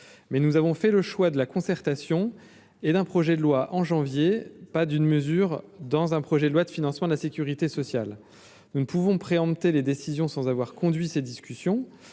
mais nous avons fait le choix de la concertation et d'un projet de loi en janvier, pas d'une mesure dans un projet de loi de financement de la Sécurité sociale, nous ne pouvons préempter les décisions sans avoir conduit ces discussions,